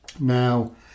Now